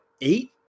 eight